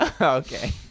Okay